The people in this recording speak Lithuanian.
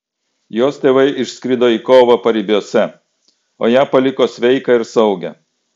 jos tėvai išskrido į kovą paribiuose o ją paliko sveiką ir saugią